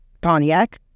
Pontiac